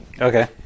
Okay